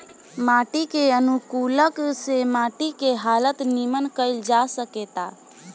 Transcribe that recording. माटी के अनुकूलक से माटी के हालत निमन कईल जा सकेता